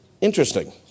interesting